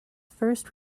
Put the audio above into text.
first